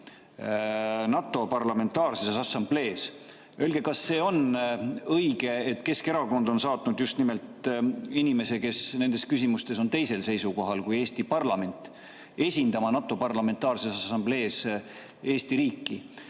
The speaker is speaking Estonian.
NATO Parlamentaarses Assamblees. Öelge, kas see on õige, et Keskerakond on saatnud just nimelt inimese, kes nendes küsimustes on teisel seisukohal kui Eesti parlament, esindama NATO Parlamentaarses Assamblees Eesti riiki.